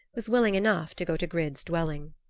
was willing enough to go to grid's dwelling.